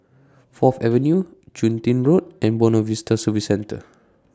Fourth Avenue Chun Tin Road and Buona Vista Service Centre